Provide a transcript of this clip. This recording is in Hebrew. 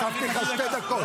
כשאשתך לא מרגישה טוב,